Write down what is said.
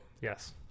Yes